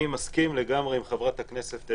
אני מסכים לגמרי עם חברת הכנסת,